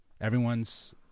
everyone's